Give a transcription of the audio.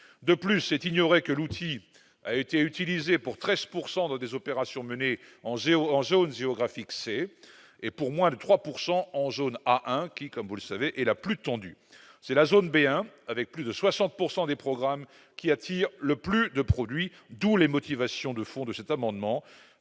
De plus, c'est ignorer que l'outil a été utilisé pour 13 % dans des opérations menées en zone géographique C et pour moins de 3 % en zone A1, la plus tendue. C'est la zone B1, avec plus de 60 % des programmes, qui attire le plus le produit. D'où les motivations de fond qui sous-tendent